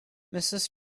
mrs